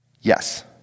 Yes